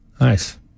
Nice